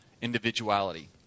individuality